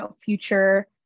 future